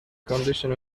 condition